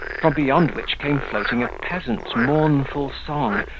from beyond which came floating a peasant's mournful song,